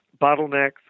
bottlenecks